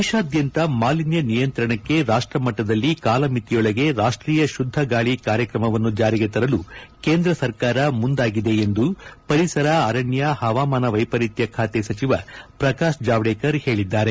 ದೇಶಾದ್ಯಂತ ಮಾಲಿನ್ಯ ನಿಯಂತ್ರಣಕ್ಕೆ ರಾಷ್ಟಮಟ್ಟದಲ್ಲಿ ಕಾಲಮಿತಿಯೊಳಗೆ ರಾಷ್ಟೀಯ ಶುದ್ಧ ಗಾಳಿ ಕಾರ್ಯಕ್ರಮವನ್ನು ಜಾರಿಗೆ ತರಲು ಕೇಂದ್ರ ಸರ್ಕಾರ ಮುಂದಾಗಿದೆ ಎಂದು ಪರಿಸರ ಅರಣ್ಯ ಪವಾಮಾನ ವೈಪರಿತ್ಯ ಖಾತೆ ಸಚಿವ ಪ್ರಕಾಶ್ ಜಾವಡೇಕರ್ ಹೇಳಿದ್ದಾರೆ